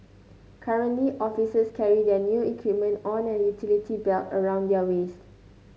currently officers carry their their equipment on a utility belt around their waists